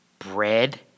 Bread